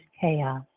chaos